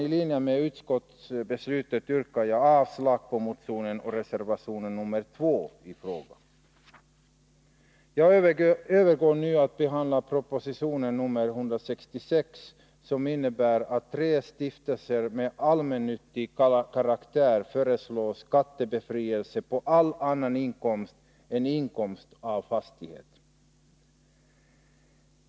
I linje med utskottets beslut yrkar jag avslag på motionerna och reservation 2. Jag övergår nu till att behandla proposition 166, där tre stiftelser av allmännyttig karaktär föreslås få skattebefrielse för all annan inkomst än inkomst av fastighet.